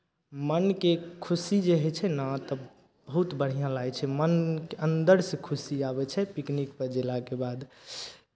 मनके खुशी जे होइ छै ने तऽ बहुत बढ़िआँ लागै छै मनके अन्दरसँ खुशी आबै छै पिकनिकपर गेलाके बाद